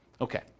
Okay